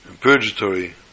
purgatory